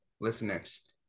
listeners